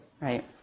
Right